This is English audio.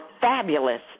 fabulous